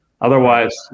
Otherwise